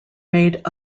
made